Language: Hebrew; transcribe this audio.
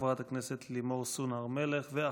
חברת הכנסת לימור סון הר מלך, ואחריה,